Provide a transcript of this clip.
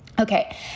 Okay